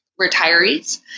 retirees